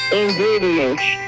ingredients